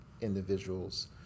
individuals